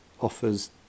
offers